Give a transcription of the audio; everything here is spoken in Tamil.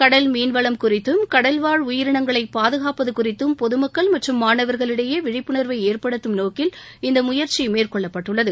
கடல் மீன்வளம் குறித்தும் கடல்வாழ் உயிரினங்களை பாதுகாப்பது குறித்தும் பொதுமக்கள் மற்றும் மாணவர்களிடையே விழிப்புணர்வை ஏற்படுத்தும் நோக்கில் இந்த முயற்சி மேற்கொள்ளப்பட்டுள்ளது